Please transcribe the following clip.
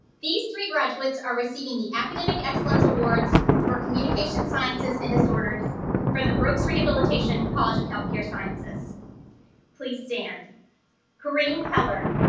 these three graduates are receiving the academic excellence awards for communication sciences and disorders from the brooks rehabilitation college of health care sciences please stand kurian keller